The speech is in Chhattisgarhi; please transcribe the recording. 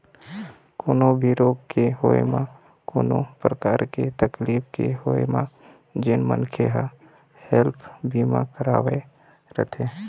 कोनो भी रोग के होय म कोनो परकार के तकलीफ के होय म जेन मनखे ह हेल्थ बीमा करवाय रथे